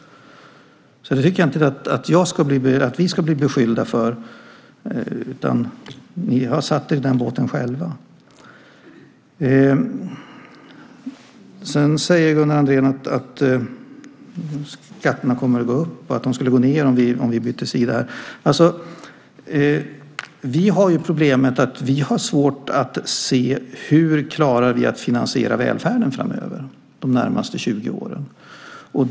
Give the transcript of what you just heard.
Jag tycker inte att det är något som vi ska bli beskyllda för, utan ni har satt er i den båten själva. Sedan säger Gunnar Andrén att skatterna kommer att gå upp och att de skulle gå ned om vi bytte sida här. Vi har ju problemet att vi har svårt att se hur vi klarar att finansiera välfärden de närmaste 20 åren.